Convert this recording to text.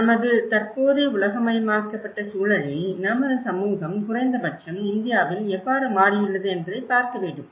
நமது தற்போதைய உலகமயமாக்கப்பட்ட சூழலில் நமது சமூகம் குறைந்தபட்சம் இந்தியாவில் எவ்வாறு மாறியுள்ளது என்பதைப் பார்க்க வேண்டும்